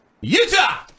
Utah